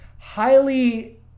highly